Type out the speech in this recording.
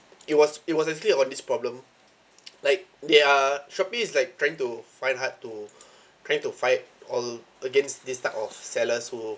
it was it was actually on this problem like they are Shopee is like trying to find hard to trying to fight all against this type of sellers who